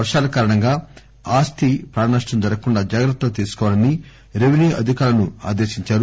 వర్షాల కారణంగా ఆస్తి ప్రాణనష్టం జరగకుండా జాగ్రత్తలు తీసుకోవాలని రెపెన్యూ అధికారులను ఆదేశించారు